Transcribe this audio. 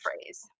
phrase